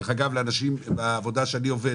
דרך אגב, לאנשים בעבודה שאני עובד